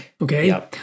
okay